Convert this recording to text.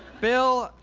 bill,